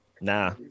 Nah